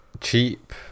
Cheap